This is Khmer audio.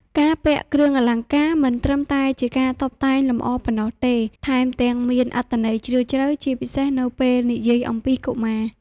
ការពាក់គ្រឿងអលង្ការមិនត្រឹមតែជាការតុបតែងលម្អប៉ុណ្ណោះទេ ថែមទាំងមានអត្ថន័យជ្រាលជ្រៅ ជាពិសេសនៅពេលនិយាយអំពីកុមារ។